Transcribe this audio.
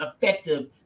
effective